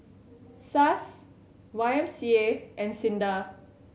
SUSS Y M C A and SINDA